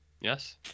Yes